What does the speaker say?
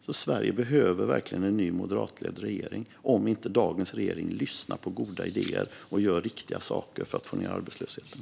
Och Sverige behöver verkligen en ny moderatledd regering, om inte dagens regering lyssnar på goda idéer och gör riktiga saker för att få ned arbetslösheten.